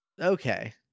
Okay